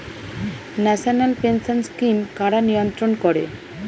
National pension scheme কারা নিয়ন্ত্রণ করে?